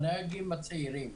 הנהגים הצעירים.